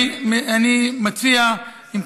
אני מציע, לספח את השטחים.